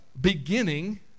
beginning